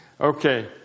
okay